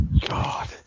God